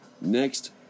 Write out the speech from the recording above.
Next